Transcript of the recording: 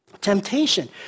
Temptation